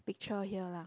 picture here lah